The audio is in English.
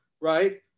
right